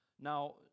Now